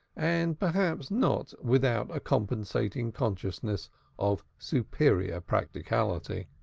and perhaps not without a compensating consciousness of superior practicality.